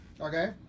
Okay